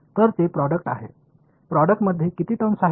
तर ते प्रोडक्ट आहे प्रोडक्टमध्ये किती टर्म्स आहेत